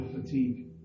fatigue